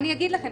אני אגיד לכם.